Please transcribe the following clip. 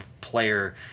player